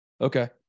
okay